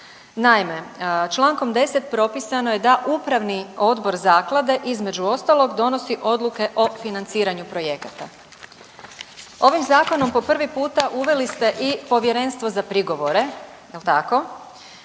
Naime, čl. 10.propisano je da upravni odbor zaklade između ostalog donosi odluke o financiranju projekata, ovim zakonom po prvi put uveli ste i Povjerenstvo za prigovore jel tako,